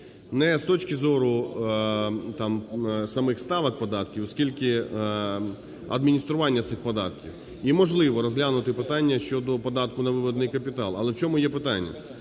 Не з точки зору там самих ставок податків, скільки адміністрування цих податків. І можливо, розглянути питання щодо податку на виведений капітал. Але в чому є питання.